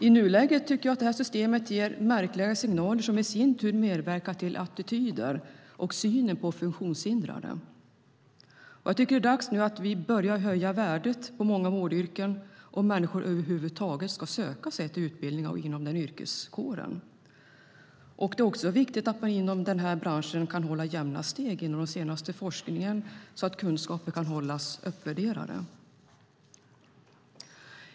I nuläget tycker jag att det här systemet ger märkliga signaler som i sin tur medverkar till attityder till och synen på funktionshindrade. Jag tycker att det är dags att vi börjar höja värdet på många vårdyrken för att människor över huvud taget ska vilja söka till utbildningar inom den yrkeskåren. Det är också viktigt att man inom den branschen kan hålla jämna steg med den senaste forskningen så att kunskaper kan hållas uppdaterade.